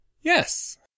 Yes